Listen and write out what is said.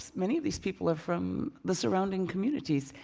many of these people are from the surrounding communities.